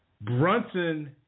Brunson